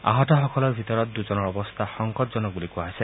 আহতসকলৰ ভিতৰত দুজনৰ অৱস্থা সংকটজনক বুলি কোৱা হৈছে